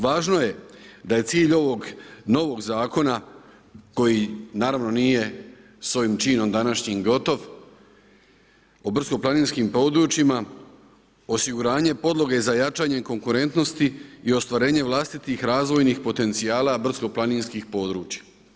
Važno je da je cilj ovog novog Zakona koji naravno nije s ovim činom današnjim gotov o brdsko-planinskim područjima osiguranje podloge za jačanje konkurentnosti i ostvarenje vlastitih razvojnih potencijala brdsko-planinskih područja.